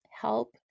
help